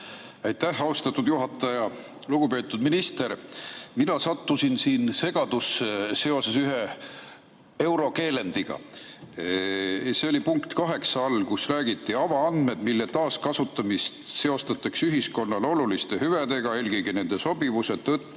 Aitäh, austatud juhataja! Lugupeetud minister! Mina sattusin segadusse seoses ühe eurokeelendiga. See on punkti 8 alguses, kus on kirjas: avaandmed, mille taaskasutamist seostatakse ühiskonnale oluliste hüvedega eelkõige nende sobivuse tõttu